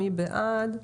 מי בעד?